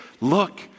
look